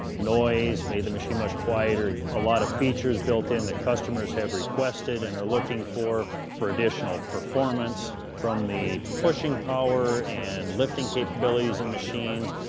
noise. made the machine much quieter. a lot of features built in that customers have requested and are looking for for additional performance from the pushing power and lifting capabilities of and machines.